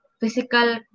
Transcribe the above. physical